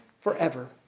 forever